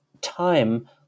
time